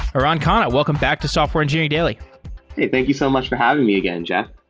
aran khanna, welcome back to software engineering daily hey, thank you so much for having me again, jeff